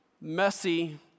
messy